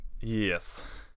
Yes